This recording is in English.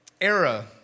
era